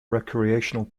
recreational